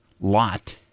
lot